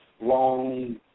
long